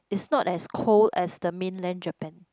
it's not as cold as the mainland Japan